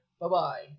Bye-bye